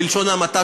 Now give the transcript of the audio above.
בלשון המעטה,